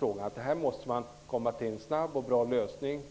upp. Man måste snabbt komma fram till en bra lösning när det gäller detta.